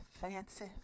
fancy